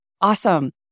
Awesome